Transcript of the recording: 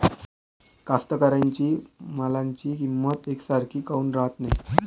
कास्तकाराइच्या मालाची किंमत यकसारखी काऊन राहत नाई?